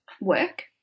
work